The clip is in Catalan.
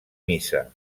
missa